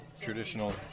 traditional